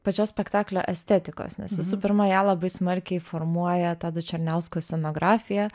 pačios spektaklio estetikos nes visų pirma ją labai smarkiai formuoja tado černiausko scenografija